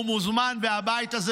והבית הזה,